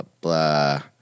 blah